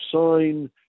sign